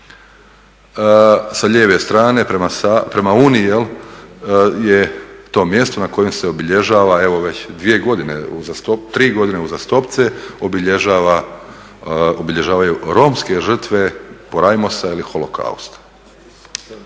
Sa lijeve strane prema Uni je to mjesto na kojem se obilježava evo već dvije godine, tri godine uzastopce obilježavaju romske žrtve porajmosa ili holokausta.